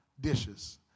dishes